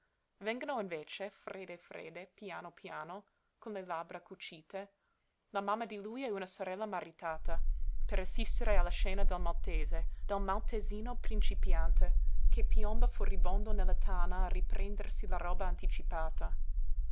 vengono invece fredde fredde piano piano con le labbra cucite la mamma di lui e una sorella maritata per assistere alla scena del maltese del maltesino principiante che piomba furibondo nella tana a riprendersi la roba anticipata